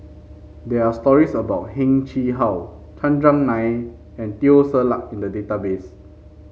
there are stories about Heng Chee How Chandran Nair and Teo Ser Luck in the database